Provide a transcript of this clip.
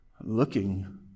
looking